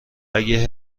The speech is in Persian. اگه